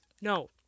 no